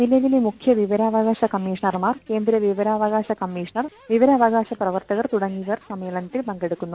നിലവിലെ മുഖ്യ വിവരാവകാശ കമ്മീഷണർമാർ കേന്ദ്ര വിവരാവകാശ കമ്മീഷണർ വിവരാവകാശ പ്രവർത്തകർ തുടങ്ങിയവർ സമ്മേളനത്തിൽ പങ്കെടുക്കുന്നു